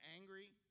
angry